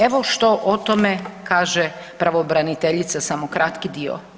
Evo što o tome kaže pravobraniteljica, samo kratki dio.